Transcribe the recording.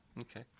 Okay